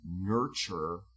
nurture